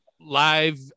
live